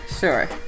sure